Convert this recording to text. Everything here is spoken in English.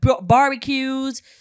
barbecues